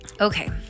okay